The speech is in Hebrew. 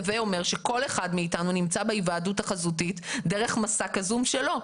הווה אומר שכל אחד מאתנו נמצא בהיוועדות החזותית דרך מסך ה-זום שלו.